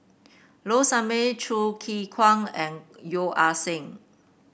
Low Sanmay Choo Keng Kwang and Yeo Ah Seng